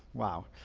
wow.